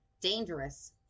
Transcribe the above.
dangerous